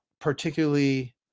particularly